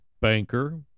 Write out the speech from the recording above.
banker